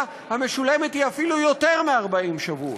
המשולמת היא אפילו יותר מ-40 שבועות.